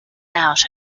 out